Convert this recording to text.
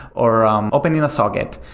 or um open in a socket.